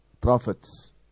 prophets